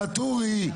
ואטורי,